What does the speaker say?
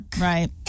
right